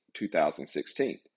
2016